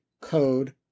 code